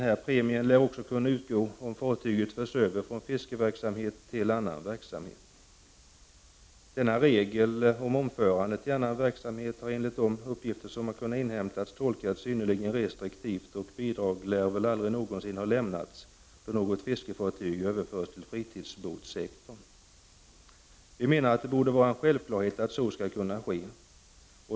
Premien lär också kunna utgå om fartyget förs över från fiske till annan verksamhet. Denna regel om överförande till annan verksamhet har, enligt de uppgifter som har kunnat inhämtas, tolkats synnerligen restriktivt. Bidrag lär aldrig ha lämnats då något fiskefartyg har överförts till fritidsbåtssektorn. Vi menar att det borde vara en självklarhet att så skall kunna ske.